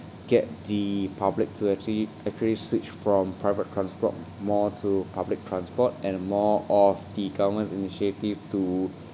get the public to actually actually switched from private transport more to public transport and more of the government's initiative to